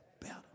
better